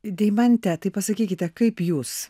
deimante tai pasakykite kaip jūs